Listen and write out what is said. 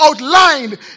outlined